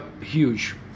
huge